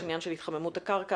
יש עניין של התחממות הקרקע.